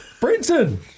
Brenton